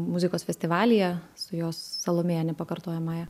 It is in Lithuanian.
muzikos festivalyje su jos salomėja nepakartojamąja